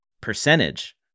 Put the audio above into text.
percentage